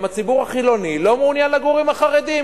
גם הציבור החילוני לא מעוניין לגור עם החרדים,